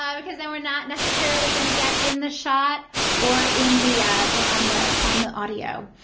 um because then we're not necessarily going to get in the shot or in the or on the on the audio.